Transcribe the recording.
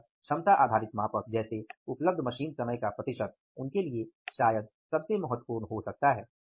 अतः क्षमता आधारित मापक जैसे उपलब्ध मशीन समय का प्रतिशत उनके लिए शायद सबसे महत्वपूर्ण हो सकता है